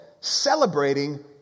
celebrating